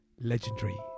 legendary